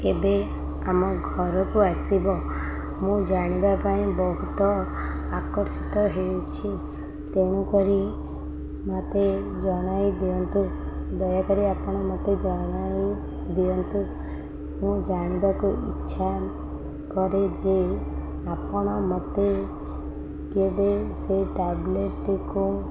ଏବେ ଆମ ଘରକୁ ଆସିବ ମୁଁ ଜାଣିବା ପାଇଁ ବହୁତ ଆକର୍ଷିତ ହେଉଛି ତେଣୁକରି ମୋତେ ଜଣାଇ ଦିଅନ୍ତୁ ଦୟାକରି ଆପଣ ମୋତେ ଜଣାଇ ଦିଅନ୍ତୁ ମୁଁ ଜାଣିବାକୁ ଇଚ୍ଛା କରେ ଯେ ଆପଣ ମୋତେ କେବେ ସେ ଟ୍ୟାବ୍ଲେଟ୍ଟିକୁ